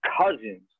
Cousins